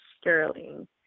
Sterling